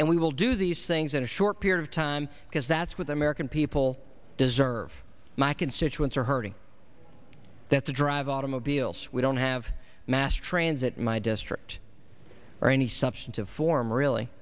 and we will do these things in a short period of time because that's what the american people deserve my constituents are hurting that's a drive automobiles we don't have mass transit my district or any substantive form really